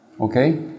Okay